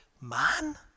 man